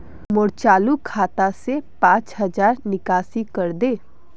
मोर चालु खाता से पांच हज़ारर निकासी करे दे